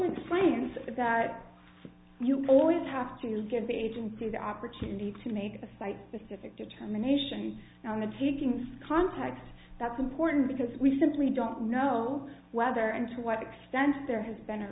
explains that you always have to give the agency the opportunity to make a site specific determination on the takings context that's important because we simply don't know whether and to what extent there has been a